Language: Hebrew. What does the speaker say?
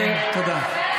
תודה.